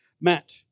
Matt